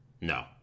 No